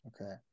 okay